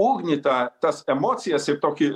ugnį tą tas emocijas ir tokį